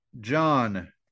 john